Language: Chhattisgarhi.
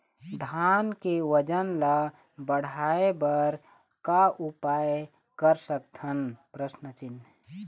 धान के वजन ला बढ़ाएं बर का उपाय कर सकथन?